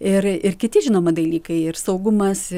ir ir kiti žinoma dalykai ir saugumas